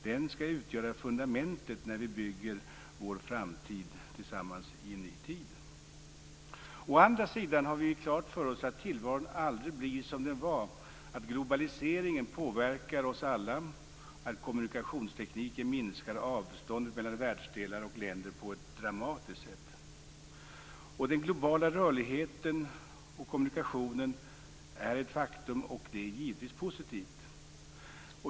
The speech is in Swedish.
Det skall utgöra fundamentet när vi bygger vår framtid tillsammans i en ny tid. Å andra sidan har vi klart för oss att tillvaron aldrig blir som den var, att globaliseringen påverkar oss alla, att kommunikationstekniken minskar avstånden mellan världsdelar och länder på ett dramatiskt sätt. Den globala rörligheten och kommunikationen är ett faktum, och det är givetvis positivt.